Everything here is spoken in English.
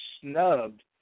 snubbed